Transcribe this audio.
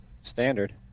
standard